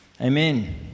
Amen